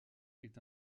est